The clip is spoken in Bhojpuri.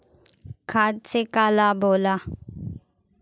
खाद्य से का लाभ होला?